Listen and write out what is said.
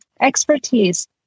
expertise